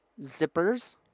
zippers